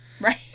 right